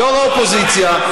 יו"ר האופוזיציה,